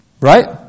Right